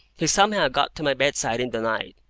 he somehow got to my bedside in the night,